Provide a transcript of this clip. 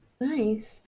Nice